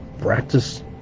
practice